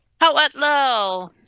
hello